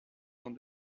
dans